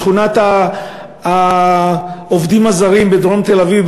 בשכונת העובדים הזרים בדרום תל-אביב,